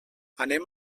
anem